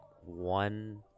one